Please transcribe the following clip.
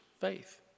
faith